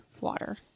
water